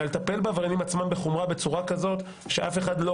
אלא לטפל בעבריינים עצמם בחומרה בצורה כזאת שהאזרחים